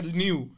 new